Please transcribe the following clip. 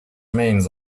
remains